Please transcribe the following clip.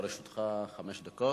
לרשותך חמש דקות.